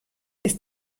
ist